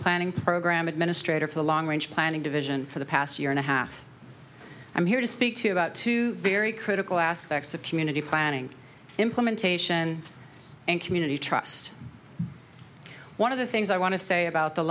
planning program administrator for the long range planning division for the past year and a half i'm here to speak to about two very critical aspects of community planning implementation and community trust one of the things i want to say about the